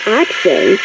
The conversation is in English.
action